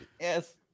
yes